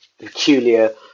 peculiar